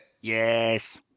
Yes